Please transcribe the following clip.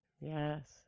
Yes